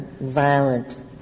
violent